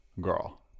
girl